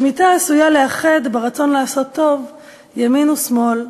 השמיטה עשויה לאחד ברצון לעשות טוב ימין ושמאל,